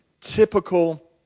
typical